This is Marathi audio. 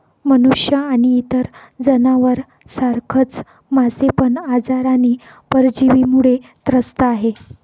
मनुष्य आणि इतर जनावर सारखच मासे पण आजार आणि परजीवींमुळे त्रस्त आहे